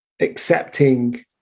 accepting